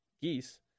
geese